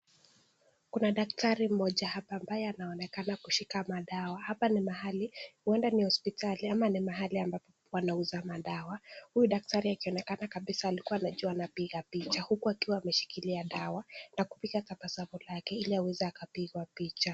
Kuna daktari mmoja hapa ambaye anaonekana kushika madawa. Hapa ni mahali, huenda ni hospitali ama ni mahali ambapo panauza madawa. Huyu daktari akionekana kabisa alikuwa anapigwa picha huku akiwa ameshikilia dawa, na kupiga tabasamu lake, ili aweze akapigwa picha.